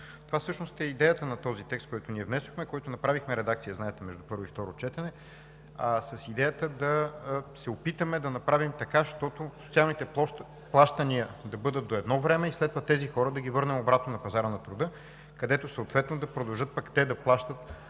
Това всъщност е идеята на текста, който ние внесохме, на който направихме редакция, знаете, между първо и второ четене, с идеята да се опитаме да направим така, щото социалните плащания да бъдат до едно време и след това тези хора да ги върнем обратно на пазара на труда, където съответно да продължат пък те да плащат